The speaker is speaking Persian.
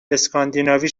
اسکاندیناوی